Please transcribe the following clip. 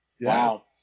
Wow